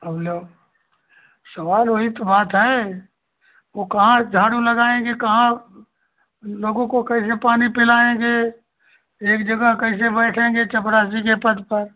अब लो सवाल वही तो बात है वह कहाँ झाड़ू लगाएँगे कहाँ लोगों को कैसे पानी पिलाएँगे एक जगह कैसे बैठेंगे चपरासी के पद पर